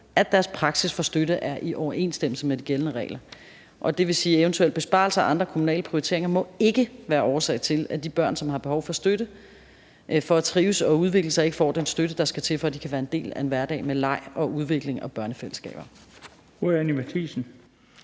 at deres praksis for støtte er i overensstemmelse med de gældende regler. Det vil sige, at eventuelle besparelser og andre kommunale prioriteringer ikke må være årsag til, at de børn, som har behov for støtte for at trives og udvikle sig, ikke får den støtte, der skal til, for at de kan være en del af en hverdag med leg og udvikling og børnefællesskaber.